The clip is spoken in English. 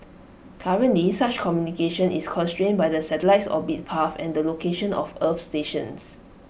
currently such communication is constrained by the satellite's orbit path and the location of earth stations